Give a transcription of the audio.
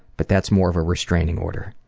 but that's more of a restraining order.